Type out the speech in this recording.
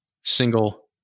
single